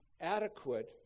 adequate